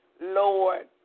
Lord